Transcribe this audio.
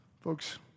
Folks